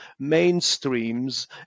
mainstreams